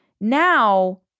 Now